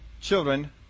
children